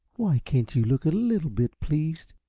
why can't you look a little bit pleased?